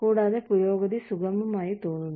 കൂടാതെ പുരോഗതി സുഗമമായി തോന്നുന്നു